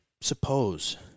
suppose